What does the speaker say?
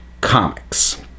Comics